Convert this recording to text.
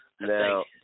now